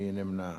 מי נמנע?